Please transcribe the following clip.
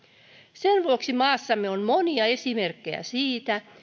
sen vuoksi maassamme on monia esimerkkejä siitä